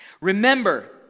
Remember